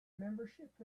membership